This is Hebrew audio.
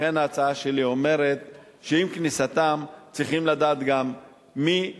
לכן ההצעה שלי אומרת שעם כניסתם צריכים לדעת גם מי האיש,